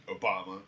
Obama